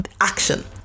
action